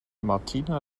martina